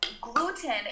gluten